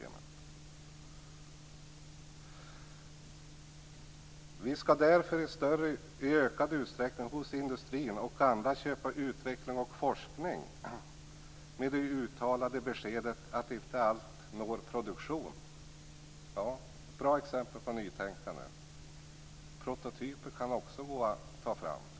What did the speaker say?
Vi skall därför i ökad utsträckning hos industrin och andra köpa utveckling och forskning, med det uttalade beskedet att allt inte når produktion. - Ja, det är ett bra exempel på nytänkande. Det kan också gå att ta fram prototyper.